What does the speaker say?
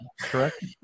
Correct